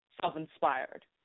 self-inspired